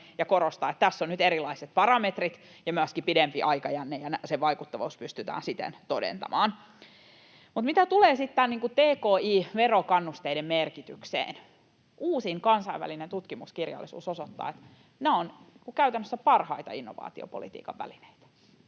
ja korostaa, että tässä on nyt erilaiset parametrit ja myöskin pidempi aikajänne ja sen vaikuttavuus pystytään siten todentamaan. Mitä tulee sitten näiden tki-verokannusteiden merkitykseen, uusin kansainvälinen tutkimuskirjallisuus osoittaa, että ne ovat käytännössä parhaita innovaatiopolitiikan välineitä.